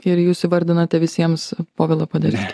ir jūs įvardinote visiems povilą poderskį